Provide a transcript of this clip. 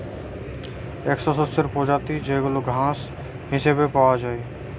একটো শস্যের প্রজাতি যেইগুলা ঘাস হিসেবে পাওয়া যায়